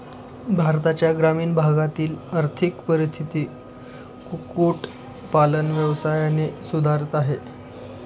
भारताच्या ग्रामीण भागातील आर्थिक परिस्थिती कुक्कुट पालन व्यवसायाने सुधारत आहे